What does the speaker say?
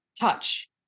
touch